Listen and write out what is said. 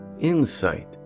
insight